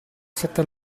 sette